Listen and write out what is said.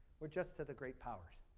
we are just to the great powers.